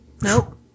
Nope